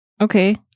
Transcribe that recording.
okay